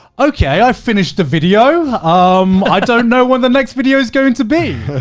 okay, i finished a video. um, i don't know when the next video is going to be.